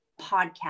podcast